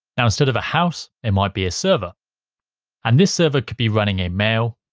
now instead of a house it might be a server and this server could be running a mail,